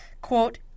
quote